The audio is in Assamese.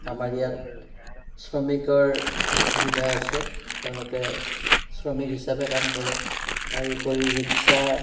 আমাৰ ইয়াত শ্ৰমিকৰ সুবিধা আছে তেওঁলোকে শ্ৰমিক হিচাপে কাম কৰে তাৰোপৰি ৰিক্সা